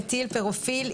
פרופיל,